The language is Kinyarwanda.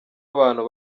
abantu